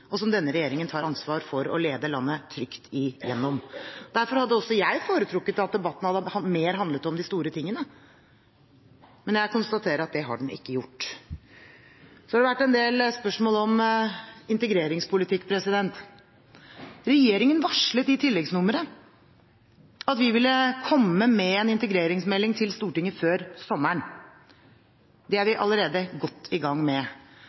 og som denne regjeringen tar ansvar for å lede landet trygt igjennom. Derfor hadde også jeg foretrukket at debatten hadde handlet mer om de store tingene, men jeg konstaterer at det har den ikke gjort. Så har det vært en del spørsmål om integreringspolitikk. Regjeringen varslet i tilleggsnummeret at vi ville komme med en integreringsmelding til Stortinget før sommeren. Det er vi allerede godt i gang med,